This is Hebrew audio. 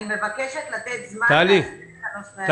אני מבקשת לתת זמן להסדיר את הנושא הזה.